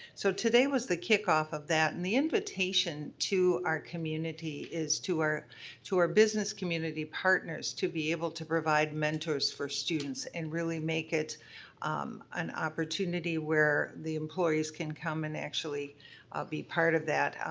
so today was the kickoff of that and the invitation to our community is to our to our business community partners to be able to provide mentors for students and really make it an opportunity where the employees can come and actually be part of that.